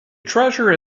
treasure